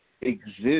exist